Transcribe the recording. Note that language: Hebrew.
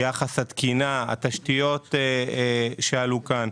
יחס התקינה, התשתיות שעלו כאן.